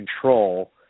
control